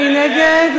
מי נגד?